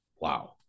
Wow